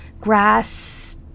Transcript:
grass